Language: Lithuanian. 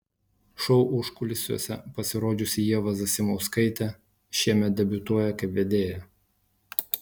šou užkulisiuose pasirodžiusi ieva zasimauskaitė šiemet debiutuoja kaip vedėja